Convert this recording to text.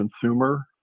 consumer